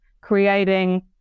creating